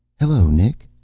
hello, nick,